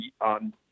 on